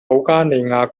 保加利亚